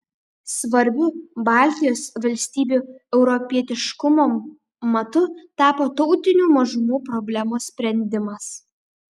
svarbiu baltijos valstybių europietiškumo matu tapo tautinių mažumų problemos sprendimas